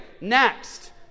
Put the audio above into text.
Next